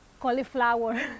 cauliflower